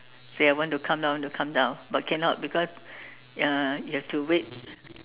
say I want to come down I want to come down but cannot because uh you have to wait